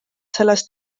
sellest